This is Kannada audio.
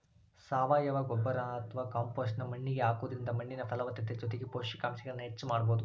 ಸಾವಯವ ಗೊಬ್ಬರ ಅತ್ವಾ ಕಾಂಪೋಸ್ಟ್ ನ್ನ ಮಣ್ಣಿಗೆ ಹಾಕೋದ್ರಿಂದ ಮಣ್ಣಿನ ಫಲವತ್ತತೆ ಜೊತೆಗೆ ಪೋಷಕಾಂಶಗಳನ್ನ ಹೆಚ್ಚ ಮಾಡಬೋದು